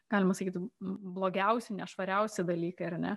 galima sakyti blogiausi nešvariausi dalykai ar ne